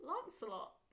Lancelot